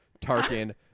Tarkin